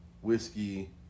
whiskey